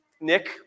Nick